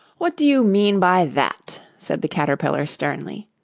what do you mean by that said the caterpillar sternly.